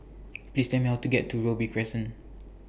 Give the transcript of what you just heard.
Please Tell Me How to get to Robey Crescent